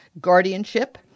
guardianship